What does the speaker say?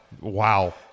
Wow